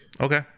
Okay